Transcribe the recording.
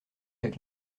avec